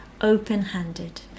open-handed